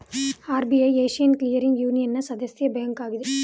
RBI Asian clearing ಯೂನಿಯನ್ನ ಸದಸ್ಯ bank ಆಗಿದೆ